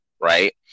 Right